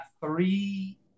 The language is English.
three